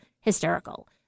hysterical